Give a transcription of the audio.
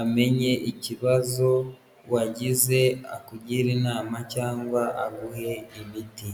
amenye ikibazo wagize akugire inama cyangwa aguhe imiti.